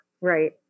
Right